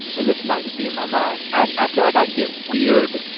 and this might just be in my mind, i feel like i get weird,